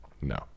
no